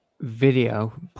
Video